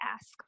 ask